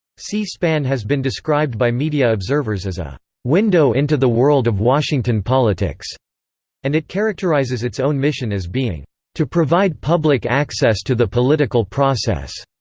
c-span has been described by media observers as a window into the world of washington politics and it characterizes its own mission as being to provide public access to the political process.